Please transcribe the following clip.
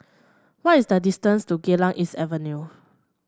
what is the distance to Geylang East Avenue